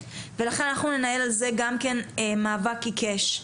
ולכן אנחנו ננהל על זה גם כן מאבק עיקש.